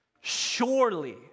surely